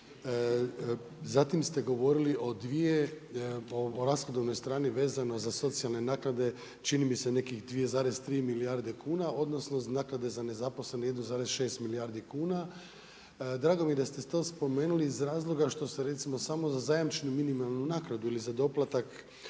Zatim ste govorili o rashodovnoj strani vezano za socijalne naknade čini mi se nekih 2,3 milijarde kuna odnosno naknade za nezaposlene 1,6 milijardi kuna. Drago mi je da ste to spomenuli iz razloga što se recimo samo za zajamčenu minimalnu naknadu ili za doplatak